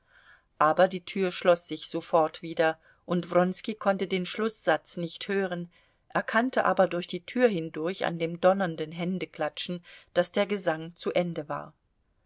aber die tür schloß sich sofort wieder und wronski konnte den schlußsatz nicht hören erkannte aber durch die tür hindurch an dem donnernden händeklatschen daß der gesang zu ende war